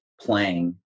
playing